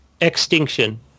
Extinction